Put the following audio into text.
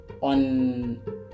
on